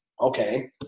Okay